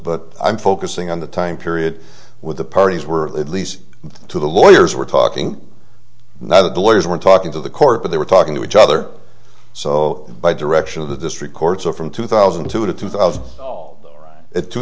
but i'm focusing on the time period with the parties were at least to the lawyers we're talking the lawyers we're talking to the court but they were talking to each other so by direction of the district court so from two thousand to two thousand